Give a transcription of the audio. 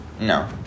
No